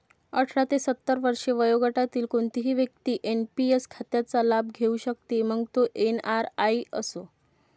अठरा ते सत्तर वर्षे वयोगटातील कोणतीही व्यक्ती एन.पी.एस खात्याचा लाभ घेऊ शकते, मग तो एन.आर.आई असो